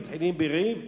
מתחילים בריב,